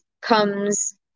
comes